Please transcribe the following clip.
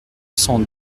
cent